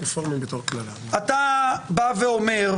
אתה אומר,